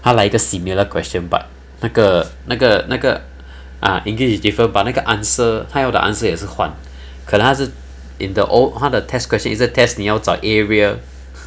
他来一个 similar question but 那个那个那个 ah english is different but 那个 answer 他要的 answer 也是换可能他是 in the old 他的 test question 也是 test 你要找 area